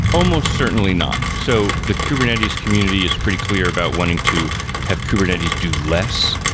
almost certainly not. so the kubernetes community is pretty clear about wanting to have kubernetes do less.